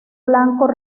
blanco